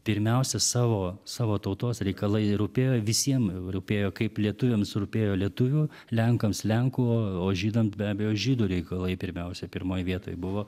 pirmiausia savo savo tautos reikalai rūpėjo visiem rūpėjo kaip lietuviams rūpėjo lietuvių lenkams lenkų o žydams be abejo žydų reikalai pirmiausia pirmoj vietoj buvo